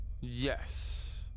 Yes